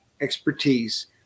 expertise